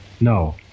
No